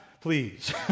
please